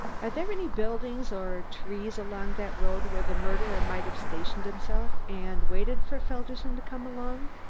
are there any buildings or trees along that road where the murderer might have stationed himself and waited for felderson to come along?